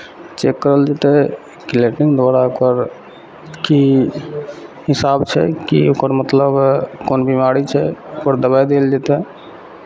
cheque करल जेतै कि लैट्रिन दुआरा ओकर की हिसाब छै कि ओकर मतलब कोन बिमारी छै ओकर दबाइ देल जेतै